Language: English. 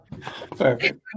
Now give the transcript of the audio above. Perfect